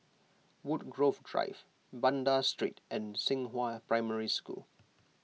Woodgrove Drive Banda Street and Xinghua Primary School